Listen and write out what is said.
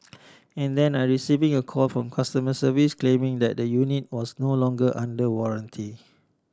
and then I receiving a call from customer service claiming that the unit was no longer under warranty